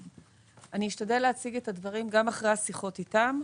אני אשתדל להציג את הדברים גם אחרי השיחות איתם.